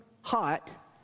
hot